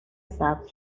ثبت